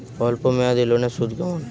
অল্প মেয়াদি লোনের সুদ কেমন?